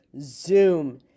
zoom